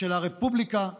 של הרפובליקה הישראלית.